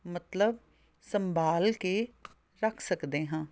ਮਤਲਬ ਸੰਭਾਲ ਕੇ ਰੱਖ ਸਕਦੇ ਹਾਂ